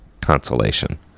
consolation